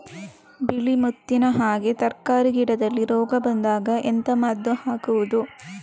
ಬಿಳಿ ಮುತ್ತಿನ ಹಾಗೆ ತರ್ಕಾರಿ ಗಿಡದಲ್ಲಿ ರೋಗ ಬಂದಾಗ ಎಂತ ಮದ್ದು ಹಾಕುವುದು?